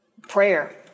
prayer